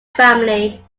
family